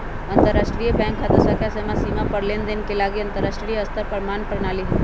अंतरराष्ट्रीय बैंक खता संख्या सीमा पार लेनदेन के लागी अंतरराष्ट्रीय स्तर पर मान्य प्रणाली हइ